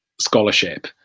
scholarship